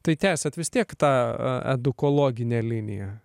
tai tęsiat vis tiek tą edukologinę liniją